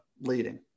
leading